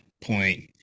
point